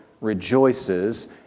rejoices